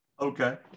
Okay